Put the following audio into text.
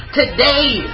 today